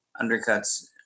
undercuts